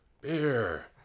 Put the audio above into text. Beer